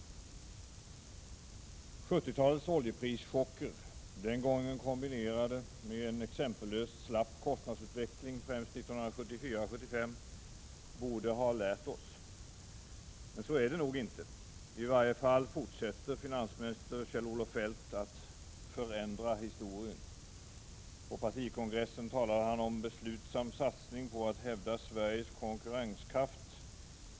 1970-talets oljeprischocker — kombinerade med en exempellöst slapp kostnadsutveckling, främst 1974/75 — borde ha lärt oss, men så är det nog inte. I varje fall fortsätter finansminister Kjell-Olof Feldt att förändra historien. På partikongressen talade han om en beslutsam satsning på att hävda Sveriges konkurrenskraft.